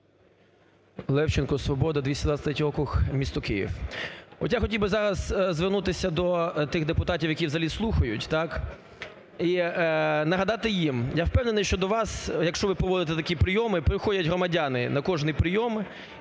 Левченко, "Свобода", 223 округ, місто Київ. От я хотів би зараз звернутися до тих депутатів, які взагалі слухають – так? – і нагадати їм… Я впевнений, що до вас, якщо ви проводите такі прийоми, приходять громадяни на кожний прийом